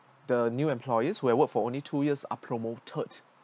the new employees who had worked for only two years are promoted